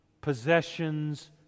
possessions